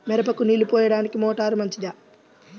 మిరపకు నీళ్ళు పోయడానికి మోటారు మంచిదా?